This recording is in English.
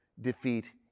defeat